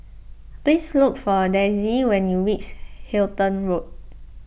please look for Dezzie when you reach Halton Road